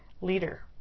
leader